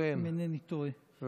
אם אינני טועה.